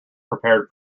prepared